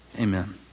Amen